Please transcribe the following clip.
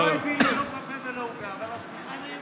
הוא לא הביא לי לא קפה ולא עוגה, אבל השיחה נעימה.